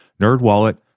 NerdWallet